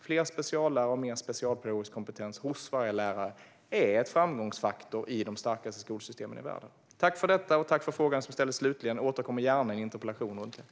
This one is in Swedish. Fler speciallärare och mer specialpedagogisk kompetens hos varje lärare är en framgångsfaktor i de starkaste skolsystemen i världen. Läsa, skriva, räkna - en garanti för tidiga stödinsatser Jag tackar för debatten och för den sista frågan. Jag återkommer gärna i interpellationsdebatter.